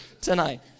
tonight